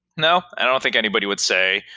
no. i don't think anybody would say,